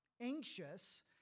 anxious